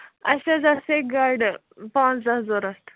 اَسہِ حظ آسہٕ سٮ۪کہِ گاڑِ پانٛژھ دَہ ضروٗرت